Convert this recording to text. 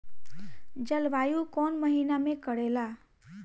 जलवायु कौन महीना में करेला?